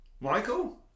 Michael